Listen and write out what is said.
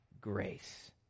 grace